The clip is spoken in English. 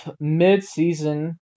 mid-season